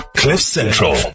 cliffcentral